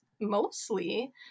mostly